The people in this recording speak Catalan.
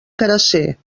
carasser